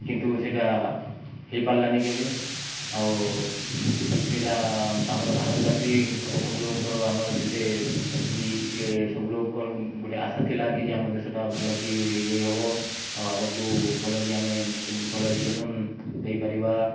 କିନ୍ତୁ ସେଇଟା ହେଇପାରିଲାନି କେବେ ଆଉ ସେଇଟା ଆମର ଭାରତବାସୀଙ୍କର ସବୁ ଲୋକଙ୍କର ଆମର ଯେତେ ଇଏ ସବୁ ଲୋକଙ୍କର ଗୋଟେ ଆଶା ଥିଲା କି ଯେ ଆମ ଦେଶଟା ଭଲ କି ଇଏ ହବ ଆଉ ଆଗକୁ ଭଲ କିି ଆମେ କେମିତି ଭଲ ଏଜୁକେସନ୍ ଦେଇପାରିବା